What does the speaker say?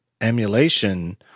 emulation